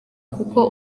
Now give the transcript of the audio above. kuko